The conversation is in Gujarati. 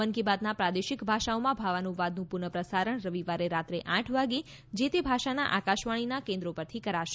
મન કી બાતના પ્રાદેશિક ભાષાઓમાં ભાવાનુવાદનું પુનઃ પ્રસારણ રવિવારે રાત્રે આઠ વાગે જે તે ભાષાના આકાશવાણીના કેન્દ્રો પરથી કરાશે